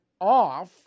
off